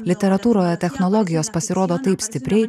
literatūroje technologijos pasirodo taip stipriai